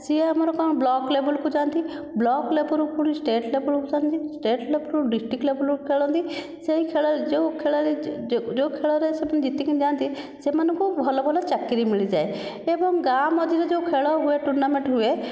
ସିଏ ଆମର କଣ ବ୍ଲକ୍ ଲେଭେଲ କୁ ଯାଆନ୍ତି ବ୍ଲକ୍ ଲେଭେଲ୍ ରୁ ପୁଣି ଷ୍ଟେଟ୍ ଲେଭେଲ୍ କୁ ଯାଆନ୍ତି ଷ୍ଟେଟ୍ ଲେଭେଲ୍ ରୁ ଡିଷ୍ଟ୍ରିଟ ଲେଭେଲ୍ କୁ ଖେଳନ୍ତି ସେହି ଖେଳରେ ଯେଉଁ ଖେଳରେ ଯେଉଁ ଖେଳରେ ସେମାନେ ଜିତିକି ଯାଆନ୍ତି ସେମାନଙ୍କୁ ଭଲ ଭଲ ଚାକିରୀ ମିଳିଯାଏ ଏବଂ ଗାଆଁ ମଝିରେ ଯେଉଁ ଖେଳ ହୁଏ ଟୁର୍ଣ୍ଣାମେନ୍ଟ ହୁଏ